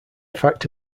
fact